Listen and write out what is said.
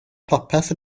popeth